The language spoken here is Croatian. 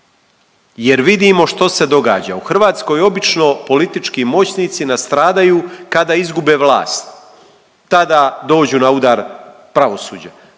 jer vidimo što se događa. U Hrvatskoj obično politički moćnici nastradaju kada izgube vlast, tada dođu na udar pravosuđa.